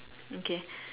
okay